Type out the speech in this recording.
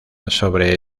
sobre